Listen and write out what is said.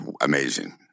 Amazing